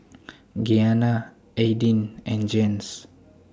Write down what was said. Gianna Aidyn and Jens